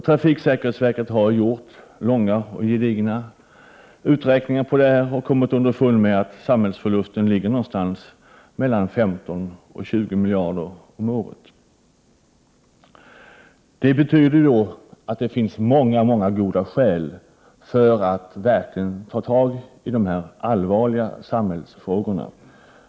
Trafiksäkerhetsverket har gjort långa och gedigna uträkningar och kommit underfund med att samhällsförlusten ligger på mellan 15 och 20 miljarder kronor om året. Det betyder att det finns många goda skäl för att verkligen ta tag i dessa allvarliga samhällsfrågor.